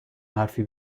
حرفی